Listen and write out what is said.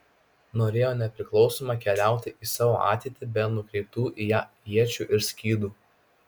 norėjo nepriklausoma keliauti į savo ateitį be nukreiptų į ją iečių ir skydų